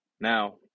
Now